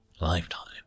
lifetime